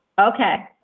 Okay